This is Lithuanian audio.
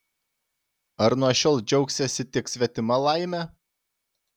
ar nuo šiol džiaugsiesi tik svetima laime